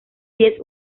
diez